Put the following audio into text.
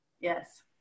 Yes